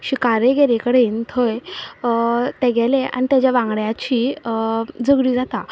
शिकारे कडेन थंय तेगेले आनी ताज्या वांगड्यांची जगडी जाता